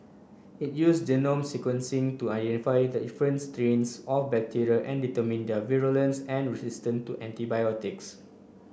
it use genome sequencing to identify the difference strains of bacteria and determine their virulence and resistance to antibiotics